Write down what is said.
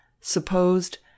supposed